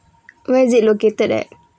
where is it located at